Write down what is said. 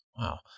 Wow